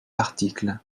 article